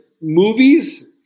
movies